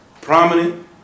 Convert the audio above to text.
prominent